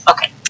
Okay